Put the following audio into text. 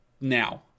now